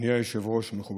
של עם ישראל.